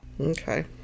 Okay